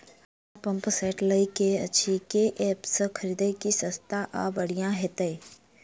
हमरा pump set लय केँ अछि केँ ऐप सँ खरिदियै की सस्ता आ बढ़िया हेतइ?